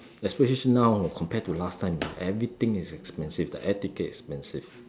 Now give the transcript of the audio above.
especially now compared to last time everything is expensive the air ticket is expensive